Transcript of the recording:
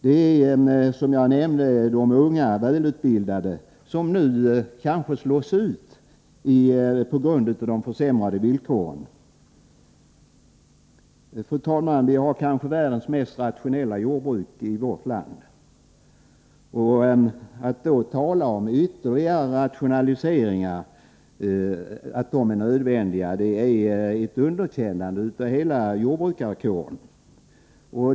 Det är, som jag nämnde, de unga och välutbildade som nu kanske slås ut på grund av försämringen av villkoren. Fru talman! Vi har kanske världens mest rationella jordbruk i vårt land. Att då säga att ytterligare rationalisering är nödvändig innebär ett underkännande av hela jordbrukarkåren.